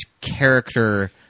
character